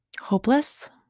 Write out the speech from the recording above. hopeless